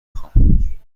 خوام